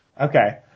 Okay